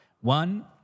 One